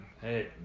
Hey